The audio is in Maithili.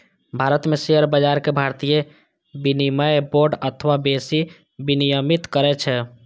भारत मे शेयर बाजार कें भारतीय विनिमय बोर्ड अथवा सेबी विनियमित करै छै